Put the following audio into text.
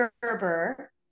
Gerber